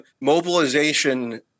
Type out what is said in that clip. mobilization